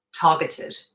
targeted